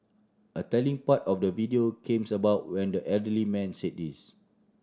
a telling part of the video came about when the elderly man said this